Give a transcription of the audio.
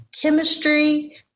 chemistry